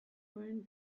wearing